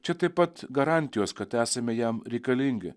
čia taip pat garantijos kad esame jam reikalingi